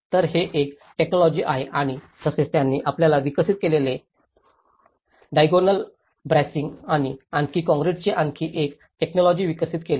तर हे एक टेकनॉलॉजि आहे आणि तसेच त्यांनी आपल्याला विकत घेतलेले डिएगोनल ब्रासिन्ग आणि आणखी कंक्रीटचे आणखी एक टेकनॉलॉजि विकसित केले